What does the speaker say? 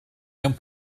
mewn